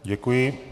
Děkuji.